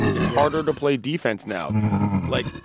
it's harder to play defense now like,